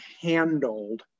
handled